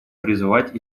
призвать